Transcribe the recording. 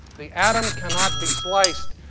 the atom cannot be sliced,